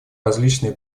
различные